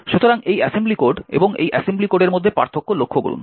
সুতরাং এই assembly code এবং এই অ্যাসেম্বলি কোডের মধ্যে পার্থক্য লক্ষ্য করুন